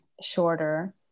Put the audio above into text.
shorter